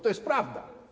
To jest prawda.